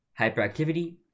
hyperactivity